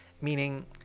meaning